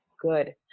good